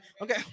Okay